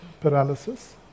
paralysis